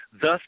thus